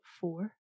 four